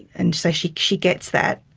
and so she she gets that.